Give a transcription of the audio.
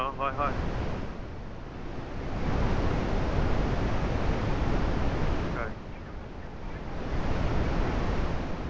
অ' হয় হয় হয়